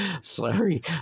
Sorry